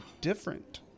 different